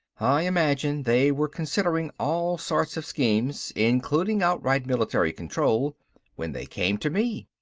i imagine they were considering all sorts of schemes including outright military control when they came to me.